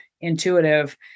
intuitive